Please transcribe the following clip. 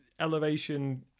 elevation